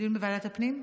דיון בוועדת הפנים?